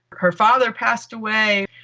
her father passed away.